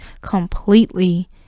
completely